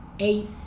Eight